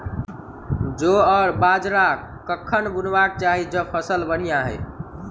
जौ आ बाजरा कखन बुनबाक चाहि जँ फसल बढ़िया होइत?